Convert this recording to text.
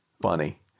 Funny